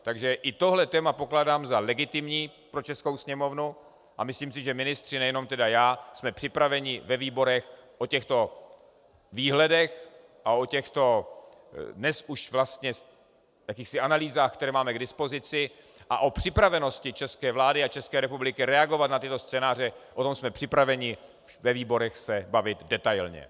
Takže i tohle téma pokládám za legitimní pro českou Sněmovnu a myslím si, že ministři nejen tedy já jsme připraveni ve výborech o těchto výhledech a o těchto dnes už vlastně analýzách, které máme k dispozici, a o připravenosti české vlády a české republiky reagovat na tyto scénáře, o tom jsme připraveni ve výborech se bavit detailně.